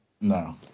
No